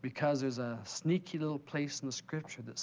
because there's a sneaky little place in the scripture that